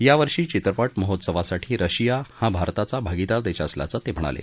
यावर्षी चित्रपट महोत्सवासाठी रशिया हा भारताचा भागीदार देश असल्याचं ते म्हणाले